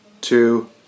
two